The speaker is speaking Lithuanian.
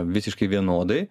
visiškai vienodai